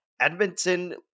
Edmonton